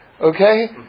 Okay